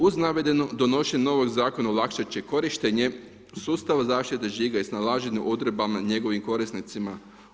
U navedeno, donošenje novog zakona olakšat će korištenje sustava zaštite žiga i snalaženje u odredbama njegovim korisnicima.